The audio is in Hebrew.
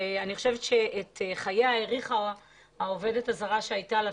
חושבת שאת חייה של אמי האריכה העובדת הזרה שהייתה לה,